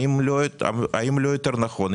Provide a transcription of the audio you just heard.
האם לא יותר נכון,